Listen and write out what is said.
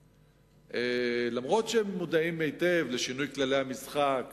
אף שהם מודעים היטב לשינוי כללי המשחק